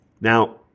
Now